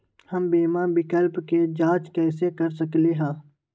हम बीमा विकल्प के जाँच कैसे कर सकली ह?